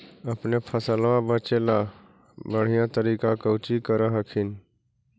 अपने फसलबा बचे ला बढ़िया तरीका कौची कर हखिन?